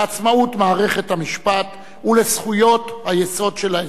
לעצמאות מערכת המשפט ולזכויות היסוד של האזרח,